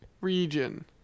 Region